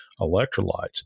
electrolytes